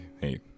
hey